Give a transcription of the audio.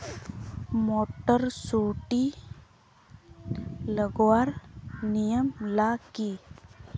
Motor सुटी लगवार नियम ला की?